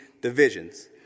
divisions